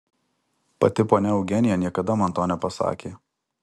pati ponia eugenija niekada man to nepasakė